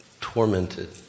tormented